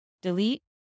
delete